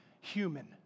human